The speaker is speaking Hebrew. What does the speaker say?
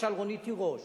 למשל רונית תירוש